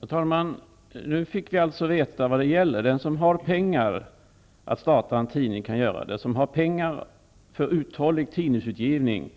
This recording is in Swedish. Herr talman! Nu fick vi alltså veta vad som gäller. Den som har pengar att starta en tidning kan göra det. Den som har pengar för uthållig tidningsutgivning